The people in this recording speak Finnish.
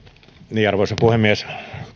hyvä arvoisa puhemies